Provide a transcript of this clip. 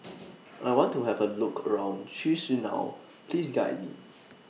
I want to Have A Look around Chisinau Please Guide Me